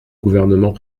gouvernement